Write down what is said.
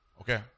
Okay